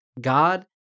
God